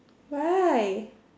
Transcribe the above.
why